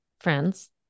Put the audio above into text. friends